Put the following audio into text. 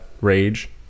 rage